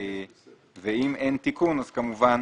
אם אין תיקון, אז כמובן